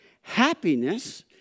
happiness